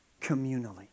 communally